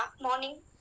morning